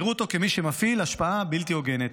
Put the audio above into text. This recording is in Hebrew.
יראו אותו כמי שמפעיל השפעה בלתי הוגנת.